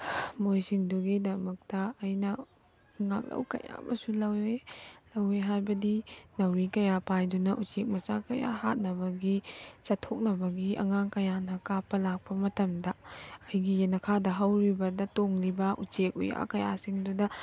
ꯃꯣꯏꯁꯤꯡꯗꯨꯒꯤꯗꯃꯛꯇ ꯑꯩꯅ ꯉꯥꯛꯂꯧ ꯀꯌꯥ ꯑꯃꯁꯨ ꯂꯧꯏ ꯂꯧꯏ ꯍꯥꯏꯕꯗꯤ ꯅꯥꯎꯔꯤ ꯀꯌꯥ ꯄꯥꯏꯗꯨꯅ ꯎꯆꯦꯛ ꯃꯆꯥ ꯀꯌꯥ ꯍꯥꯠꯅꯕꯒꯤ ꯆꯥꯊꯣꯛꯅꯕꯒꯤ ꯑꯉꯥꯡ ꯀꯌꯥꯅ ꯀꯥꯞꯄ ꯂꯥꯛꯄ ꯃꯇꯝꯗ ꯑꯩꯒꯤ ꯌꯦꯅꯈꯥꯗ ꯍꯧꯔꯤꯕꯗ ꯇꯣꯡꯂꯤꯕ ꯎꯆꯦꯛ ꯋꯥꯌꯥ ꯀꯌꯥꯁꯤꯡꯗꯨꯗ